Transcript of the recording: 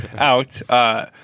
out